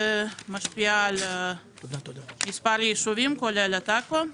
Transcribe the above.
היא משפיעה על מספר יישובים, כולל עכו.